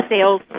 Sales